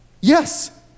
Yes